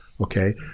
okay